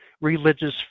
Religious